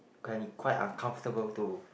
can be quite uncomfortable too